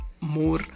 more